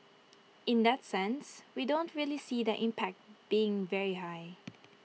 in that sense we don't really see the impact being very high